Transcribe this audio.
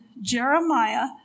Jeremiah